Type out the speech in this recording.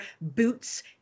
boots